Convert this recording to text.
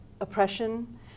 oppression